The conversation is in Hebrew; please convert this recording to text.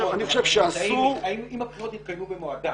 אם הבחירות יתקיימו במועדן,